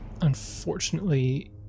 Unfortunately